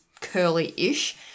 curly-ish